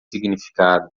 significado